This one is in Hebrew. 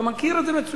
אתה מכיר את זה מצוין.